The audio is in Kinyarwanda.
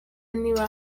niba